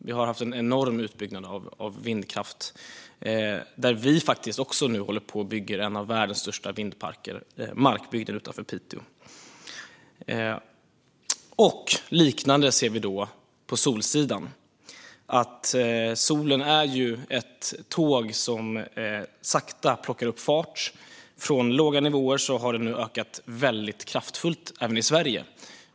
Vi har haft en enorm utbyggnad av vindkraften, där vi nu faktiskt också håller på att bygga en av världens största vindparker - Markbygden utanför Piteå. Liknande saker ser vi på solsidan. Solen är ett tåg som sakta plockar upp fart. Från låga nivåer har solenergin nu ökat mycket kraftfullt även i Sverige.